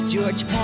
George